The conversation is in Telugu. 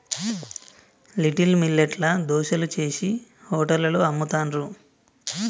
లిటిల్ మిల్లెట్ ల దోశలు చేశి హోటళ్లలో అమ్ముతాండ్రు